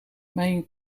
mijn